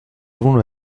avons